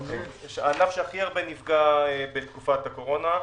שנפגע הכי הרבה בתקופת הקורונה.